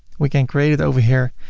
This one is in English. we can create it over here,